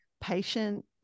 patient